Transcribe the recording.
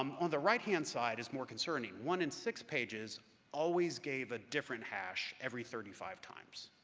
um on the right-hand side is more concerning, one in six pages always gave a different hash every thirty five times,